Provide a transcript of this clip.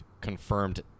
confirmed